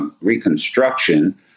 Reconstruction